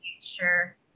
future